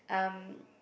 um